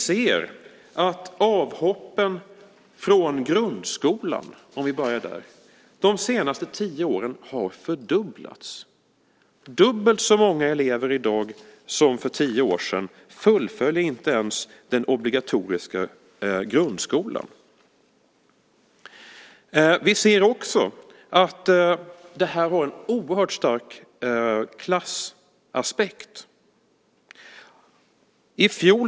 Om vi börjar med grundskolan ser vi att avhoppen de senaste tio åren fördubblats. Det är dubbelt så många elever i dag jämfört med för tio år sedan som inte fullföljer den obligatoriska grundskolan. Vi ser också att det finns en oerhört stark klassaspekt i detta.